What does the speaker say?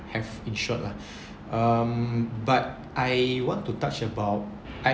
have insured ah um but I want to touch about I